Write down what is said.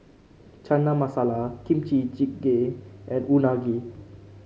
Chana Masala Kimchi Jjigae and Unagi